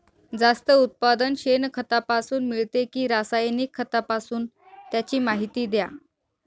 जास्त उत्पादन शेणखतापासून मिळते कि रासायनिक खतापासून? त्याची माहिती द्या